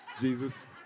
Jesus